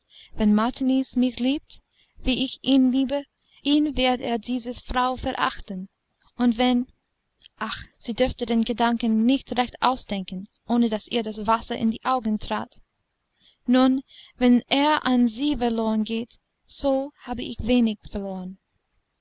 wenn martiniz mich liebt wie ich ihn liebe in wird er diese frau verachten und wenn ach sie durfte den gedanken nicht recht ausdenken ohne daß ihr das wasser in die augen trat nun wenn er an sie verloren geht so habe ich wenig verloren